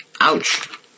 Ouch